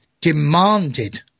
demanded